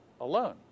alone